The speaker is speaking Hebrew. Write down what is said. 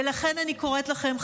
ולכן אני קוראת לכם,